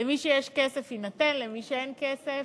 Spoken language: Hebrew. למי שיש כסף, יינתן, למי שאין כסף,